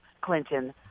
Clinton